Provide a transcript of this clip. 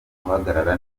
guhagarara